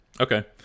Okay